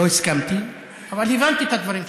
לא הסכמתי, אבל הבנתי את הדברים שלך.